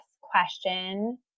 question